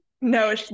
no